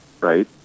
right